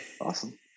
Awesome